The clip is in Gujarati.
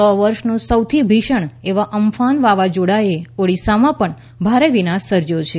સો વર્ષના સૌથી ભીષણ એવા અમ્ફાન વાવાઝોડાએ ઓડીસામાં પણ ભારે વિનાશ સર્જ્યો છે